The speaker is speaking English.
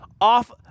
off